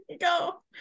go